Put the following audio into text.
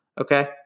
Okay